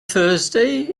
thursday